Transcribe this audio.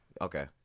okay